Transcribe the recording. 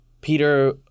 Peter